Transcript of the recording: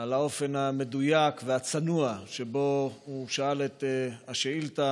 על האופן המדויק והצנוע שבו הוא שאל את השאילתה.